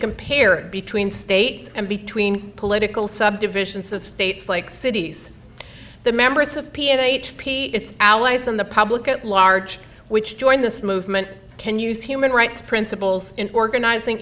compared between states and between political subdivisions of states like cities the members of p h p its allies and the public at large which join this movement can use human rights principles in organizing